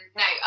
no